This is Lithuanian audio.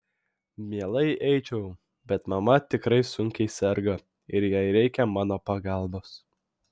mielai eičiau bet mama tikrai sunkiai serga ir jai reikia mano pagalbos